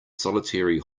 solitary